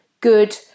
good